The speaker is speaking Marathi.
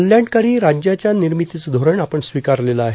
कल्याणकारी राज्याच्या निर्मितीचं धोरण आपण स्वीकारलेलं आहे